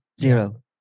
Zero